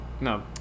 No